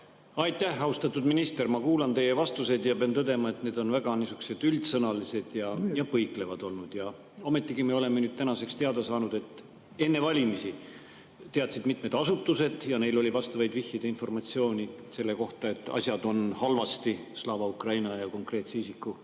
Aitäh, austatud minister! Ma kuulan teie vastuseid ja pean tõdema, et need on väga üldsõnalised ja põiklevad olnud. Ometigi me oleme tänaseks teada saanud, et enne valimisi teadsid mitmed asutused ja neil oli vastavaid vihjeid ja informatsiooni selle kohta, et asjad on halvasti Slava Ukraini ja konkreetse isiku